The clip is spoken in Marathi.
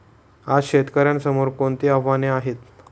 आज शेतकऱ्यांसमोर कोणती आव्हाने आहेत?